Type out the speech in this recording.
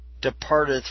departeth